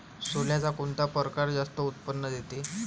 सोल्याचा कोनता परकार जास्त उत्पन्न देते?